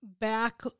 back